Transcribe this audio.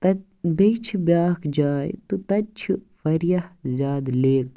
تَتہِ بیٚیہِ چھِ بیاکھ جاے تہٕ تَتہِ چھِ واریاہ زیادٕ لیک